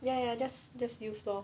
ya ya ya just just use lor